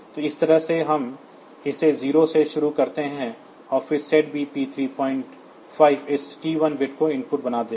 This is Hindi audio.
तो इस तरह से हम इसे 0 से शुरू करते हैं और फिर SETB P35 इस T1 बिट को इनपुट बना देगा